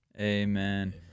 amen